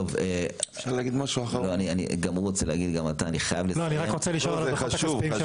אני רק רוצה לשאול על הדוחות הכספיים של